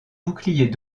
bouclier